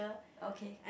okay